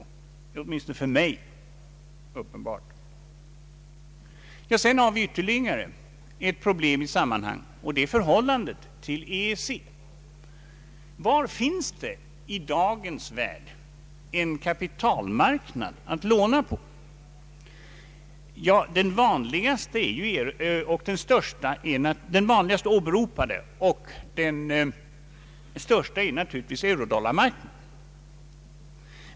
Sedan har vi ytterligare ett problem i sammanhanget, och det är förhållandet till EEC. Var finns det i dagens Ang. den ekonomiska politiken värld en kapitalmarknad att låna på? Den vanligast åberopade och den största är naturligtvis eurodollarmarknaden.